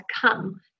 come